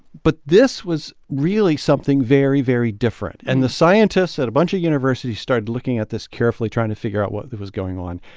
but this was really something very, very different. and the scientists at a bunch of universities started looking at this carefully, trying to figure out what was going on.